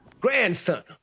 grandson